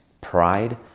pride